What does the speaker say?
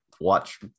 watch